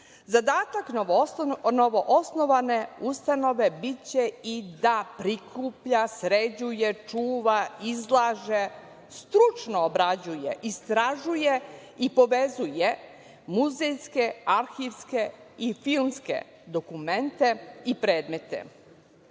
zadatak novoosnovane ustanove biće i da prikuplja, sređuje, čuva, izlaže, stručno obrađuje, istražuje i povezuje muzejske, arhivske i filmske dokumente i predmete. Uz